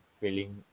feeling